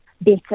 better